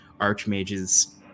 archmage's